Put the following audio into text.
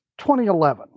2011